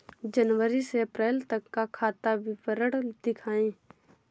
जनवरी से अप्रैल तक का खाता विवरण दिखाए?